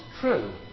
true